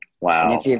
Wow